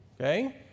okay